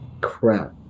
crap